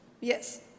yes